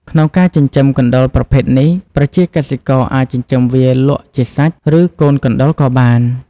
ក្នុងការចិញ្ចឹមកណ្តុរប្រភេទនេះ ប្រជាកសិករអាចចិញ្ចឹមវាលក់ជាសាច់ ឬកូនកណ្តុរក៏បាន។